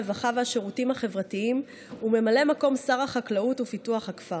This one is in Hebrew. הרווחה והשירותים החברתיים וממלא מקום שר החקלאות ופיתוח הכפר,